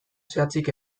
zehatzik